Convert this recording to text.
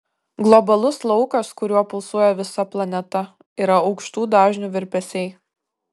globalus laukas kuriuo pulsuoja visa planeta yra aukštų dažnių virpesiai